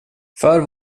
för